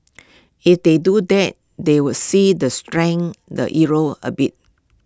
if they do that they would see that strength the euro A bit